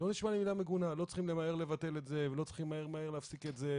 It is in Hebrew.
לא צריכים למהר לבטל את זה ולא צריכים למהר להפסיק את זה,